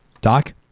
Doc